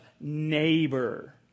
neighbor